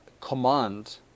command